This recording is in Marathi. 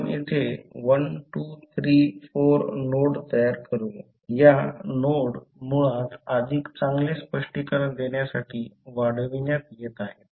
आपण येथे 1 2 3 4 नोड तयार करूया या नोड मुळात अधिक चांगले स्पष्टीकरण देण्यासाठी वाढविण्यात येत आहे